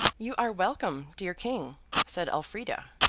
you are welcome, dear king said elfrida,